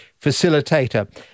facilitator